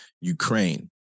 Ukraine